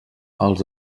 els